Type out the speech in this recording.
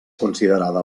considerada